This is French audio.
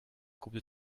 groupe